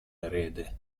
erede